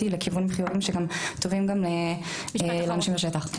לכיוונים חיוביים שגם טובים לאנשים בשטח.